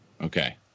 Okay